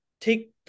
take